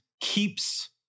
keeps